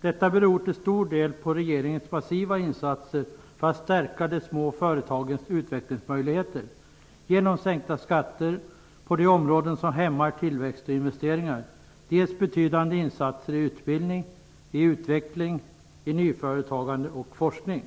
Detta beror till stor del på regeringens massiva insatser för att stärka de små företagens utvecklingsmöjligheter genom sänkta skatter på de områden som hämmar tillväxt och investeringar. Det beror också på betydande insatser när det gäller utbildning, utveckling, nyföretagande och forskning.